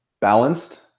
balanced